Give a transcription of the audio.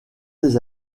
ces